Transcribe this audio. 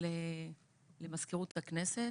למזכירות הכנסת